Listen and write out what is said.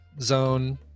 zone